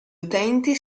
utenti